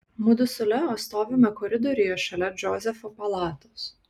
mudu su leo stovime koridoriuje šalia džozefo palatos